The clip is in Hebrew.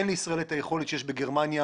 אין לישראל את היכולת שיש בגרמניה,